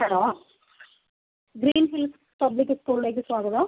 hello Green Hills Public സ്കൂളിലേക്ക് സ്വാഗതം